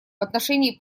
отношении